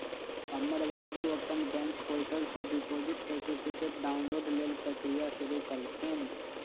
हमर बाबू अप्पन बैंक पोर्टल से डिपॉजिट सर्टिफिकेट डाउनलोड लेल प्रक्रिया शुरु कलखिन्ह